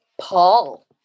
Paul